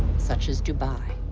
such as dubai.